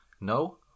No